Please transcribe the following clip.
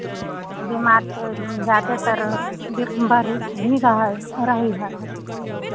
बीमार तो ज़्यादेतर बढ़ ही ही रहाइ रही है